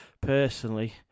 personally